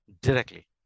directly